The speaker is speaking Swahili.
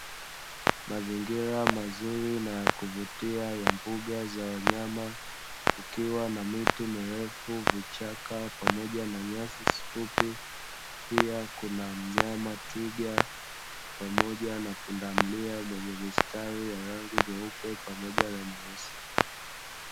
Mazingira mazuri na yakuvutia ya mbuga za wanyama; kukiwa na miti mirefu, vichaka pamoja na nyasi fupi. Pia kuna mnyama twiga pamoja na pundamilia mwenye mistari ya rangi nyeupe pamoja na nyeusi.